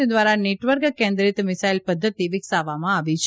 તે દ્વારા નેટવર્ક કેન્દ્રિત મિસાઇલ પદ્ધતિ વિકસાવવામાં આવી છે